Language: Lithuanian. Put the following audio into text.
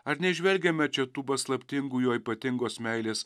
ar neįžvelgiame čia tų paslaptingų jo ypatingos meilės